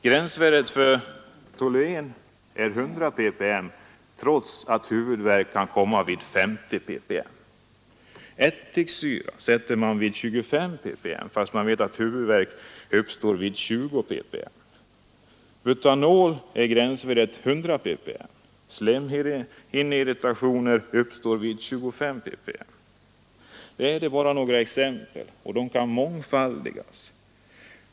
Gränsvärdet för toluen är 100 ppm trots att huvudvärk kan komma vid 50 ppm. För ättiksyra sätter man gränsvärdet vid 25 ppm, fast man vet att huvudvärk uppstår vid 20 ppm. För butanol är gränsvärdet 100 ppm; slemhinneirritationer uppstår vid 25 ppm. Detta är bara några exempel; de kan mångfaldigas.